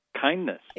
Kindness